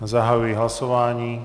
Zahajuji hlasování.